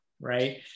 right